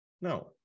No